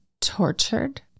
tortured